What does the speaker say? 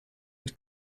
had